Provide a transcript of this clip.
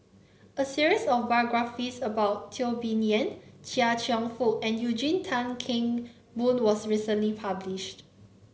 a series of biographies about Teo Bee Yen Chia Cheong Fook and Eugene Tan Kheng Boon was recently published